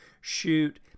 shoot